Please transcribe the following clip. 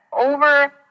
over